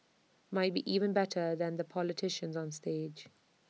might be even better than the politicians on stage